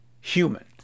human